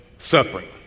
suffering